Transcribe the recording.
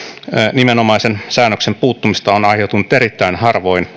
nimenomaisen säännöksen puuttumisesta on aiheutunut erittäin harvoin